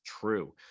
true